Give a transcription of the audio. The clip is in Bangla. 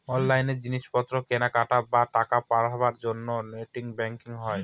অনলাইন জিনিস পত্র কেনাকাটি, বা টাকা পাঠাবার জন্য নেট ব্যাঙ্কিং হয়